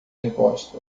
encosta